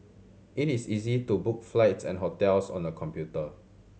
it is easy to book flights and hotels on the computer